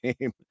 game